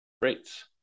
rates